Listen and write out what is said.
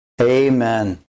Amen